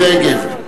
חברת הכנסת מירי רגב.